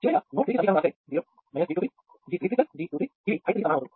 చివరగా నోడ్ 3 కి సమీకరణం రాస్తే 0 G23 G33G23 ఇవి I3 కి సమానం అవుతుంది